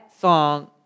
song